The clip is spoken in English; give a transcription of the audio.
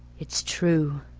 it's true